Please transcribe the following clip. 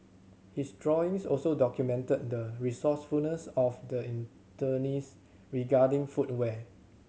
his drawings also documented the resourcefulness of the internees regarding footwear